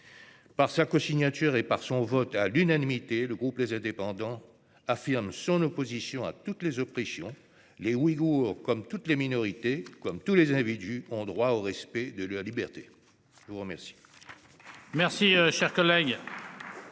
Par sa cosignature et par son vote à l'unanimité, le groupe Les Indépendants affirme son opposition à toutes les oppressions. Les Ouïghours, comme toutes les minorités, comme tous les individus, ont droit au respect de leur liberté. La parole